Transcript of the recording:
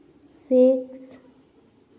six